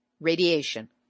Radiation